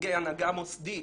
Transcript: נציגי הנהגה מוסדית,